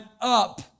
up